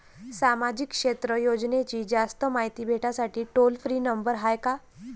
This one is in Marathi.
सामाजिक क्षेत्र योजनेची जास्त मायती भेटासाठी टोल फ्री नंबर हाय का?